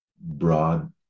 Broad